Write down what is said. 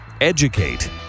Educate